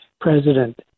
President